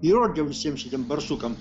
įrodžiau visiem šitiem barsukam